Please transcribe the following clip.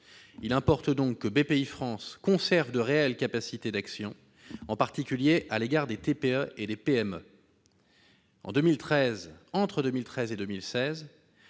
Il importe donc que Bpifrance conserve de réelles capacités d'action, en particulier à l'égard des TPE et PME. Entre 2013 et 2016,